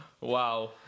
Wow